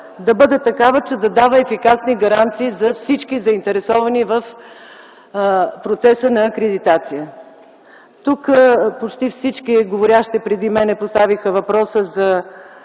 да бъде такава, че да дава ефикасни гаранции за всички заинтересовани в процеса на акредитация. Тук почти всички говорещи преди мен поставиха въпроса за